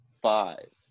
five